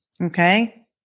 Okay